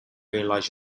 realize